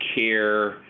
care